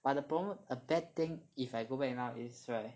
but the problem a bad thing if I go back now is right